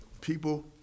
people